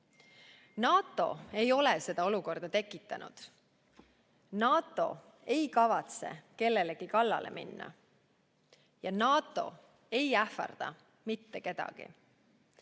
NATO ei ole seda olukorda tekitanud, NATO ei kavatse kellelegi kallale minna ja NATO ei ähvarda mitte kedagi.